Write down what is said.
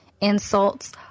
insults